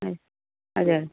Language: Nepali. है हजुर